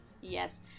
Yes